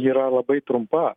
yra labai trumpa